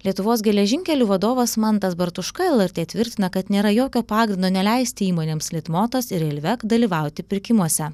lietuvos geležinkelių vadovas mantas bartuška lrt tvirtina kad nėra jokio pagrindo neleisti įmonėms litmotas ir reilvek dalyvauti pirkimuose